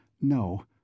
No